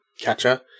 catcher